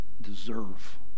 deserve